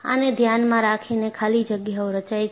આને ધ્યાનમાં રાખીને ખાલી જગ્યાઓ રચાય છે